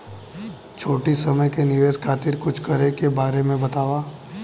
छोटी समय के निवेश खातिर कुछ करे के बारे मे बताव?